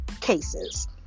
cases